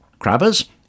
Crabbers